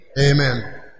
Amen